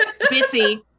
Bitsy